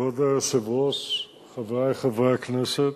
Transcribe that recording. כבוד היושב-ראש, חברי חברי הכנסת,